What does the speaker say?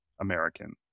American